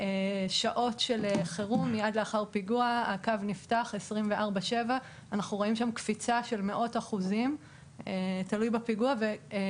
בשעות של חירום מיד לאחר פיגוע הקו נפתח 24/7. אנחנו רואים שם קפיצה של מאות אחוזים של פניות,